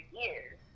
years